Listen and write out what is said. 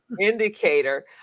indicator